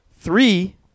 Three